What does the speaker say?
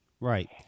Right